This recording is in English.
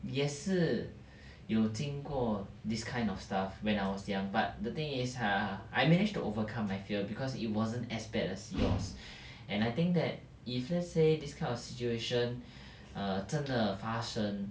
也是有经过 this kind of stuff when I was young but the thing is err I managed to overcome my fear because it wasn't as bad as yours and I think that if let's say this kind of situation err 真的发生